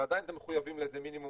אתם עדיין מחויבים לאיזה מינימום